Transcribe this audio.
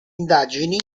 indagini